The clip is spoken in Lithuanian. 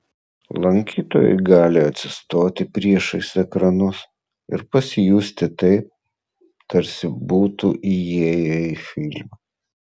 lankytojai gali atsistoti priešais ekranus ir pasijusti taip tarsi būtų įėję į filmą